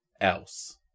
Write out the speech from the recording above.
else